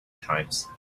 times